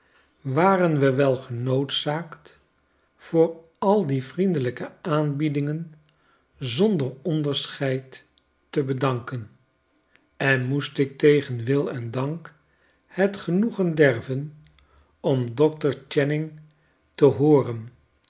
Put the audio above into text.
waren we wel genoodzaakt voor al die vriendelijke aanbiedingen zonder onderscheid te bedanken en moest ik tegen wil en dank het genoegen derven om dr channing te hooren